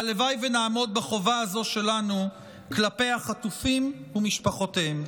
והלוואי שנעמוד בחובה הזו שלנו כלפי החטופים ומשפחותיהם.